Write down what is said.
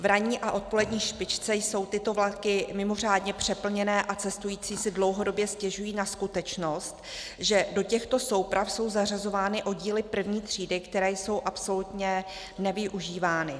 V ranní a odpolední špičce jsou tyto vlaky mimořádně přeplněné a cestující si dlouhodobě stěžují na skutečnost, že do těchto souprav jsou zařazovány oddíly první třídy, které jsou absolutně nevyužívány.